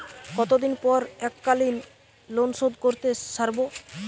কতদিন পর এককালিন লোনশোধ করতে সারব?